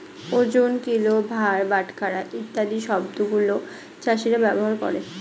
ওজন, কিলো, ভার, বাটখারা ইত্যাদি শব্দ গুলো চাষীরা ব্যবহার করে